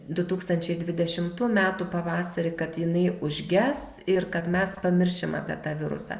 du tūkstančiai dvidešimtų metų pavasarį kad jinai užges ir kad mes pamiršim apie tą virusą